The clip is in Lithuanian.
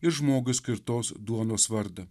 ir žmogui skirtos duonos vardą